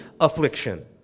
affliction